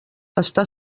està